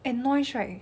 and noise right